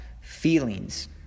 feelings